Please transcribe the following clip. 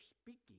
speaking